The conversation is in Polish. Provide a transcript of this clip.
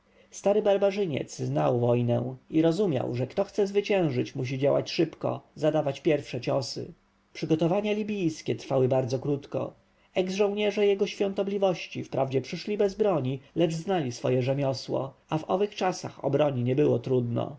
stary barbarzyniec znał wojnę i rozumiał że kto chce zwyciężać musi działać szybko zadawać pierwsze ciosy przygotowania libijskie trwały bardzo krótko eks-żołnierze jego świątobliwości wprawdzie przyszli bez broni lecz znali swoje rzemiosło a w owych czasach o broń nie było trudno